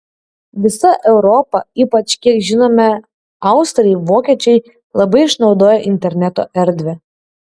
visa europa ypač kiek žinome austrai vokiečiai labai išnaudoja interneto erdvę